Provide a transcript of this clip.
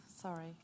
sorry